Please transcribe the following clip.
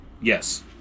Yes